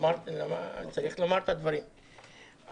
צריך לומר את הדברים,